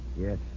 Yes